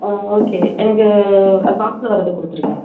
ஓ okay எனக்கு அது பாக்ஸ்சில் வரதை கொடுத்துருங்க